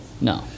no